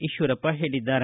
ಈಶ್ವರಪ್ಪ ಹೇಳಿದ್ದಾರೆ